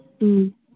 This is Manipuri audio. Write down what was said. ꯎꯝ